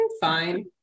Fine